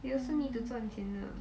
they also need to 赚钱的